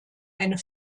eine